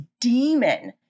demon